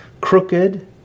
crooked